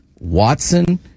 Watson